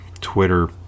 Twitter